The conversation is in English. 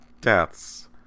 deaths